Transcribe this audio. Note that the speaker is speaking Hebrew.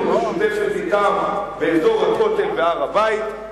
משותפת אתם באזור הכותל והר-הבית,